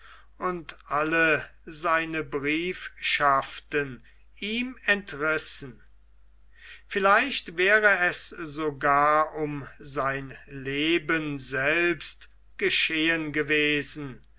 und alle seine briefschaften ihm entrissen vielleicht wäre es sogar um sein leben selbst geschehen gewesen